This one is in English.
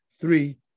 three